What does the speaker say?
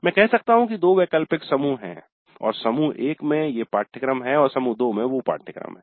मैं कह सकता हूं कि दो वैकल्पिक समूह हैं और समूह एक में ये पाठ्यक्रम हैं और समूह दो में ये अन्य पाठ्यक्रम हैं